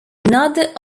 another